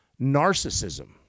narcissism